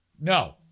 No